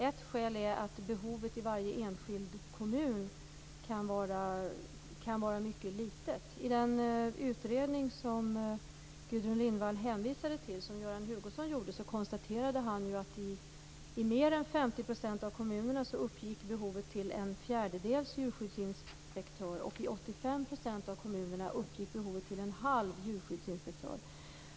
Ett skäl är att behovet i varje enskild kommun kan vara mycket litet. I den utredning som Göran Hugoson gjorde och som Gudrun Lindvall hänvisat till konstaterade han att behovet i mer än 50 % av kommunerna uppgick till en fjärdedels djurskyddsinspektör och i 85 % av kommunerna till en halv djurskyddsinspektör.